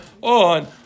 on